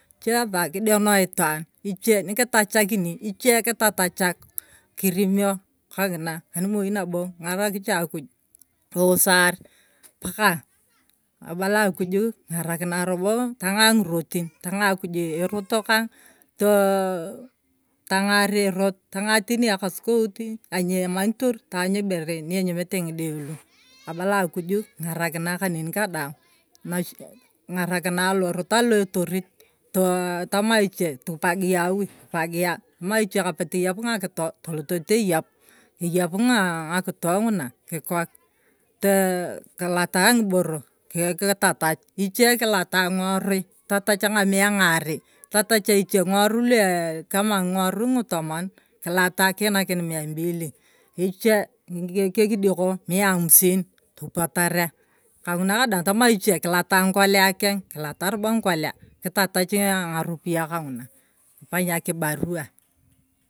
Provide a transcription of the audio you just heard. Echiesa kideno itaan, ichie nikitachakini, ichie kitatachak, kirimio kong’ina, animoi nabo kingarak cha akuj kiusaar paka, abalang akuju king’ara kirae robo tang’aa ng’irotin, tang’aa akuj erot kang too, tonglaaw erot tong’aa teni ekasukout aniemanitor tany ibere nyienyamete ng’ide lu, abalana akuju king’arakinae kaneni nadaang nachi king’arakinae alorot alotori, toa tomaichie, kipagia awui epagia, tamaichie kapetoyep ng’akito atolot atoyep, atoyep ng’akito nguna kikok too kilata ng’iboro kitatach, ng’iche kilata ng’iworui attach ng’amiyoi ng’arei kitatach ichie ng’iosorui eekam ng’iworui ng’itomoni, kilata kiinakin mia mbili ng’iche kiekidioko mia amsini, topuataria, kang. una kadaang tamachie kilata ng’ikotia kech, kilata robo ng’ikolia kitatach ang’aropiyae rang’una, kipany akibaruwa.